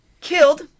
Killed